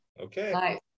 okay